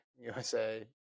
USA